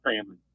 family